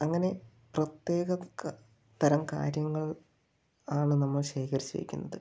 അങ്ങനെ പ്രത്യേക തരം കാര്യങ്ങൾ ആണ് നമ്മൾ ശേഖരിച്ച് വെയ്ക്കുന്നത്